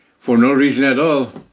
for no reason at all,